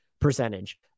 percentage